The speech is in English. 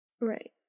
right